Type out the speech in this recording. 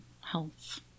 health